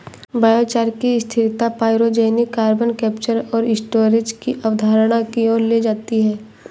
biochar की स्थिरता pyrogenic carbon capture और स्टोरेज की अवधारणा की ओर ले जाती है